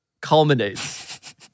culminates